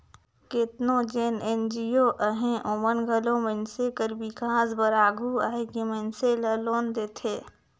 केतनो जेन एन.जी.ओ अहें ओमन घलो मइनसे कर बिकास बर आघु आए के मइनसे ल लोन देथे